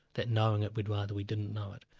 that knowing it we'd rather we didn't know it?